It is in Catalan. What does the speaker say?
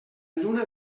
lluna